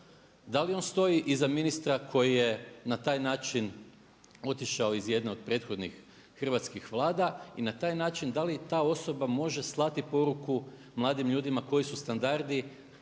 Da li on stoji iz ministra koji je na taj način otišao iz jedne od prethodnih hrvatskih Vlada i na taj način da li ta osoba može slati poruku mladim ljudima koji su standardi